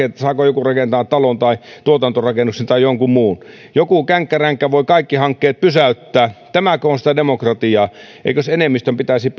saako joku rakentaa talon tai tuotantorakennuksen tai jonkun muun joku känkkäränkkä voi kaikki hankkeet pysäyttää tämäkö on demokratiaa eikös enemmistön pitäisi